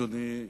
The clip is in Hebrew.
אדוני,